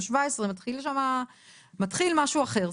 ב-17 מתחיל משהו אחר,